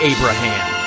Abraham